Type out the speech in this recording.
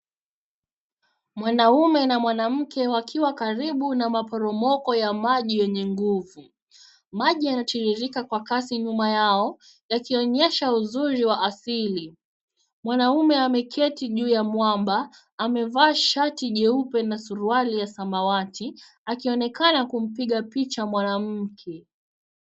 Mwanaume na mwanamke wakiwa karibu na maporomoko ya maji yenye nguvu. Maji yanatiririka kwa kasi nyuma yao yakionyesha uzuri wa asili. Mwanaume ameketi juu ya mwamba, amevaa shati jeupe na suruali ya samawati akionekana kumpiga picha mwanamke.